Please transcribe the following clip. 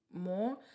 more